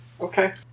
Okay